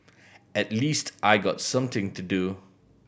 at least I got something to do